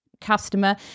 customer